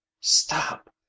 stop